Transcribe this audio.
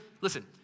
listen